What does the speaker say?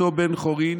בהיותו בן-חורין,